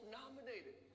nominated